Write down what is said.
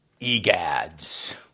Egads